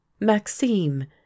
Maxime